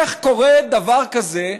איך קורה דבר כזה שההתנחלויות,